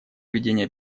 ведения